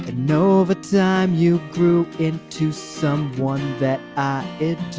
no overtime, you grew it to some one that it.